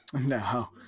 No